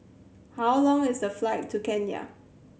how long is the flight to Kenya